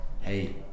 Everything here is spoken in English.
hey